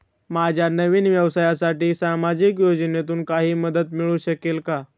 माझ्या नवीन व्यवसायासाठी सामाजिक योजनेतून काही मदत मिळू शकेल का?